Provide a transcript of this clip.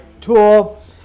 tool